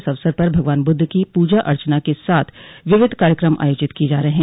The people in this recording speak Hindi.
इस अवसर पर भगवान बुद्ध की पूजा अर्चना के साथ विविध कार्यक्रम आयोजित किये जा रहे हैं